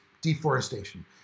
deforestation